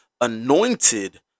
anointed